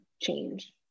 change